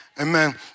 Amen